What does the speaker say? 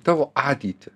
tavo ateitį